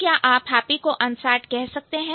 तो क्या आप happy को unsad कह सकते हैं